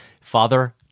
father